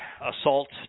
assault